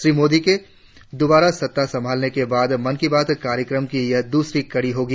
श्री मोदी के दोबारा सत्ता संभालने के बाद मन की बात कार्यक्रम की यह दूसरी कड़ी होगी